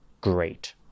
great